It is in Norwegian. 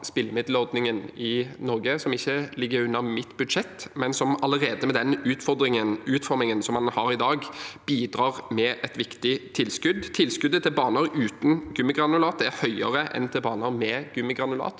spillemiddelordningen i Norge, som ikke ligger i mitt budsjett, men som med den utformingen den har allerede i dag, bidrar med et viktig tilskudd. Tilskuddet til baner uten gummigranulat er høyere enn til baner med gummigranulat.